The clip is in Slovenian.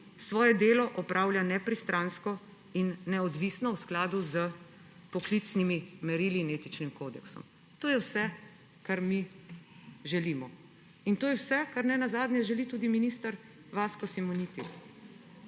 svoje delo opravlja nepristransko in neodvisno v skladu s poklicnimi merili in etičnim kodeksom. To je vse, kar mi želimo, in to je vse, kar nenazadnje želi tudi minister Vasko Simoniti.